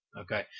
Okay